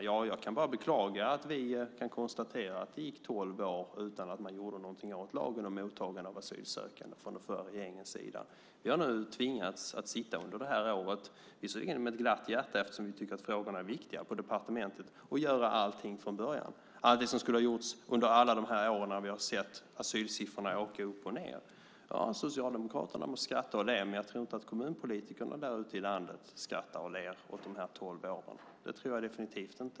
Jag kan bara beklaga att vi kan konstatera att det gick tolv år utan att man gjorde någonting åt lagen om mottagande av asylsökande från den förra regeringens sida. Vi har nu tvingats att under det här året sitta - visserligen med glatt hjärta eftersom vi tycker att frågorna är viktiga - på departementet och göra allt från början. Det är allt som skulle ha gjorts under alla år när vi har sett asylsiffrorna åka upp och ned. Socialdemokraterna skrattar och ler, men jag tror definitivt inte att kommunpolitikerna ute i landet skrattar och ler åt de tolv åren.